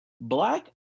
black